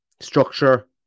structure